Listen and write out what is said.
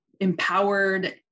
empowered